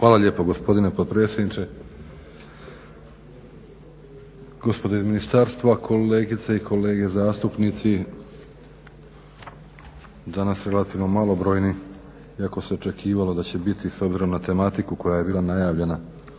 Hvala lijepa gospodine potpredsjedniče, gospodo iz ministarstva, kolegice i kolege zastupnici danas relativno malobrojni, iako se očekivalo da će biti s obzirom na tematiku koja je bila najavljena